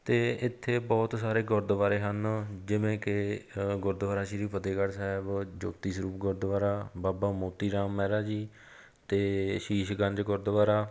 ਅਤੇ ਇੱਥੇ ਬਹੁਤ ਸਾਰੇ ਗੁਰਦੁਆਰੇ ਹਨ ਜਿਵੇਂ ਕਿ ਗੁਰਦੁਆਰਾ ਸ਼੍ਰੀ ਫਤਿਹਗੜ੍ਹ ਸਾਹਿਬ ਜੋਤੀ ਸਰੂਪ ਗੁਰਦੁਆਰਾ ਬਾਬਾ ਮੋਤੀ ਰਾਮ ਮਹਿਰਾ ਜੀ ਅਤੇ ਸ਼ੀਸ਼ਗੰਜ ਗੁਰਦੁਆਰਾ